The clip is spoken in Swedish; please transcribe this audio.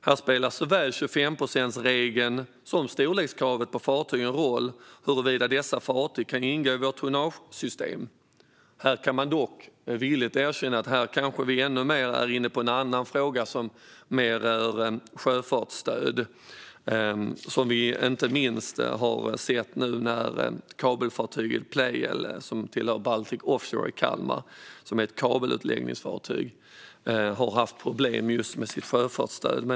Här spelar såväl 25-procentsregeln som storlekskravet på fartygen roll för huruvida dessa fartyg kan ingå i vårt tonnagesystem. Jag kan dock villigt erkänna att vi här kanske är inne på en annan fråga, som mer rör sjöfartsstöd. Det har vi sett inte minst nu när fartyget Pleijel, som tillhör Baltic Offshore i Kalmar och är ett kabelutläggningsfartyg, har haft problem just med sitt sjöfartsstöd.